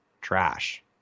Trash